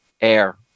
air